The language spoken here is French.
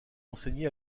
enseigné